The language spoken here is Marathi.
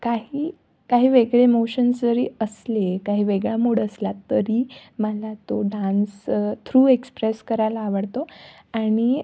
काही काही वेगळे मोशन्स जरी असले काही वेगळा मुड असला तरी मला तो डान्स थ्रू एक्सप्रेस करायला आवडतो आणि